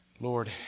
Lord